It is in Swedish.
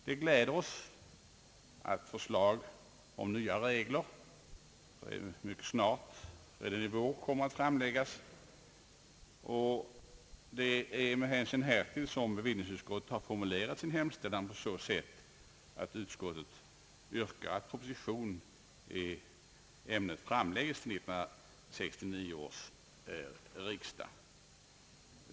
Det gläder oss att förslag om nya regler mycket snart — redan i vår — kommer att framläggas, och det är med hänsyn härtill som bevillningsutskottet har formulerat sin hemställan så att utskottet yrkar att proposition i ämnet framlägges till 1969 års riksdag.